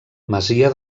masia